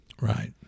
right